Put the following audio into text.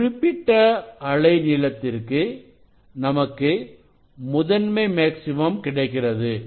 ஒரு குறிப்பிட்ட அலை நீளத்திற்கு நமக்கு முதன்மை மேக்ஸிமம் கிடைக்கிறது